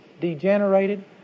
degenerated